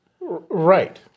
Right